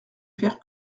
faire